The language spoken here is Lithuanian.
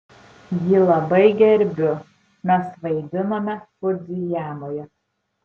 jį labai gerbiu mes vaidinome fudzijamoje